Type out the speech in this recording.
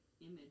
image